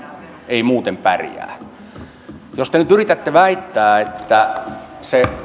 ei muuten pärjää jos te nyt yritätte väittää että se